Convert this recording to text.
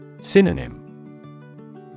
Synonym